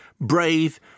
brave